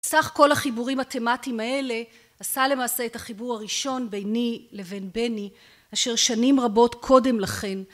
סך כל החיבורים התמטיים האלה עשה למעשה את החיבור הראשון ביני לבין בני אשר שנים רבות קודם לכן